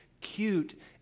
cute